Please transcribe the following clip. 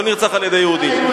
לא נרצח על-ידי יהודים.